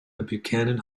buchanan